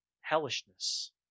hellishness